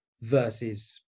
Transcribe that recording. versus